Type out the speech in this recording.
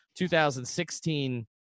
2016